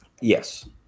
Yes